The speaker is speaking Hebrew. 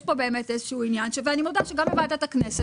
יש כאן באמת איזשהו עניין ואני מודה שגם בוועדתה כנסת